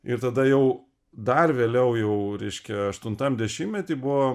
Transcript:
ir tada jau dar vėliau jau reiškia aštuntam dešimtmety buvo